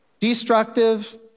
destructive